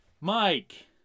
Mike